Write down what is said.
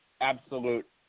absolute